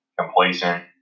complacent